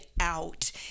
out